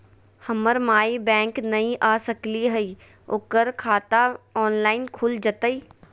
हमर माई बैंक नई आ सकली हई, ओकर खाता ऑनलाइन खुल जयतई?